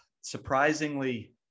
surprisingly